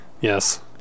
yes